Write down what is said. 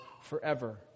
forever